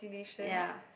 ya